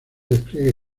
despliegue